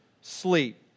sleep